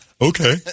okay